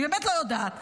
אני באמת לא יודעת.